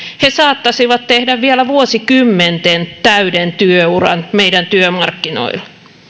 he saattaisivat tehdä vielä vuosikymmenten täyden työuran meidän työmarkkinoilla